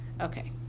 Okay